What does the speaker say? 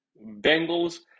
Bengals